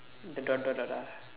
the dot dot dot ah